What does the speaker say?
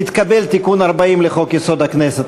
התקבל תיקון 40 לחוק-יסוד: הכנסת,